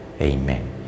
Amen